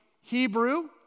Hebrew